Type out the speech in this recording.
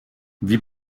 wie